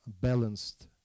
balanced